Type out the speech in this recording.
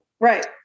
Right